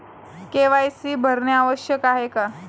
KYC भरणे आवश्यक आहे का?